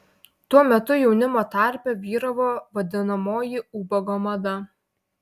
tuo metu jaunimo tarpe vyravo vadinamoji ubago mada